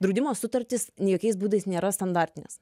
draudimo sutartys jokiais būdais nėra standartinės